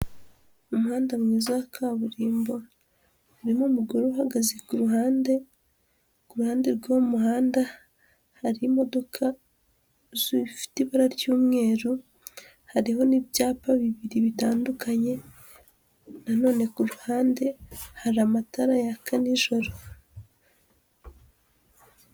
Umuhanda mwiza wa kaburimbo harimo umugore uhagaze ku ruhande, ku ruhande rw'uwo muhanda hari imodoka zifite ibara ry'umweru, hariho n'ibyapa bibiri bitandukanye na none ku ruhande hari amatara yaka nijoro.